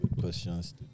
questions